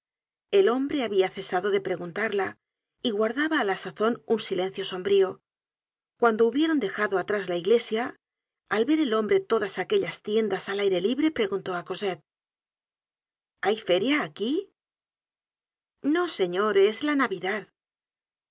el hombre habia cesado de preguntarla y guardaba á la sazon un silencio sombrío cuando hubieron dejado atrás la iglesia al ver el hombre todas aquellas tiendas al aire libre preguntó á cosette content from google book search generated at hay feria aquí no señor es la navidad